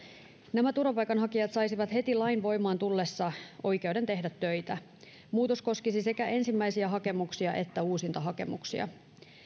nämä turvapaikanhakijat saisivat heti lain voimaan tullessa oikeuden tehdä töitä muutos koskisi sekä ensimmäisiä hakemuksia että uusintahakemuksia